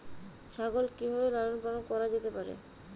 ছাগল কি ভাবে লালন পালন করা যেতে পারে?